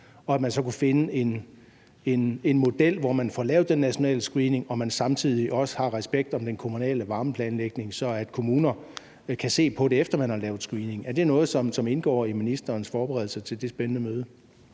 og så man kan finde en model, hvor man får lavet en national screening, og hvor man samtidig også har respekt for den kommunale varmeplanlægning, så kommunerne kan se på det, efter at man har lavet screeningen. Er det noget, som indgår i ministerens forberedelser til det spændende møde?